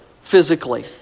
physically